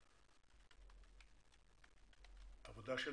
העבודה שלכם,